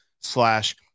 slash